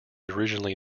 originally